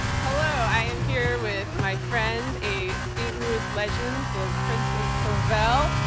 hello, i am here with my friend, a st. louis legend, the prince of provel,